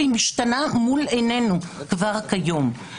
והיא משתנה מול עינינו כבר כיום.